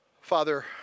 Father